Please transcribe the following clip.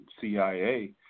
CIA